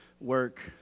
work